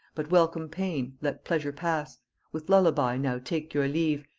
but welcome pain, let pleasure pass with lullaby now take your leave,